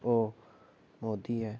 ओह् मोदी ऐ